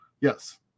Yes